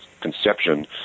conception